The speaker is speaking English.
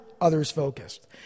others-focused